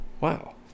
Wow